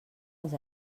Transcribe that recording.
els